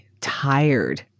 tired